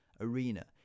arena